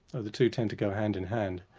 though the two tend to go hand-in-hand,